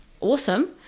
awesome